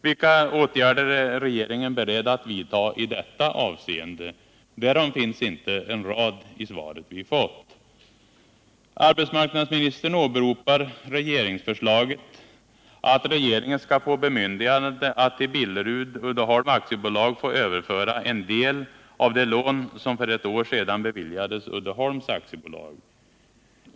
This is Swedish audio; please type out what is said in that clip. Vilka åtgärder är regeringen beredd att vidta i detta avseende? Därom finns inte en rad i svaret vi fått. Arbetsmarknadsministern åberopar regeringsförslaget att regeringen skall få bemyndigande att till Billerud-Uddeholm AB få överföra en del av det lån som för ett år sedan beviljades Uddeholms AB.